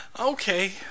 Okay